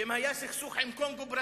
ואם היה סכסוך עם קונגו-ברזוויל,